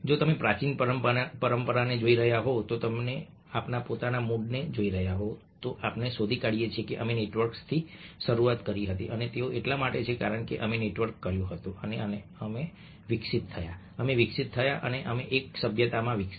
જો તમે પ્રાચીન પરંપરાને જોઈ રહ્યા હોવ જો તમે આપણા પોતાના મૂળને જોઈ રહ્યા હોવ તો આપણે શોધી કાઢીએ છીએ કે અમે નેટવર્ક્સથી શરૂઆત કરી હતી અને તે એટલા માટે છે કારણ કે અમે નેટવર્ક કર્યું હતું કે અમે વિકસિત થયા અમે વિકસિત થયા અને અમે એક સભ્યતામાં વિકસ્યા